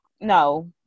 no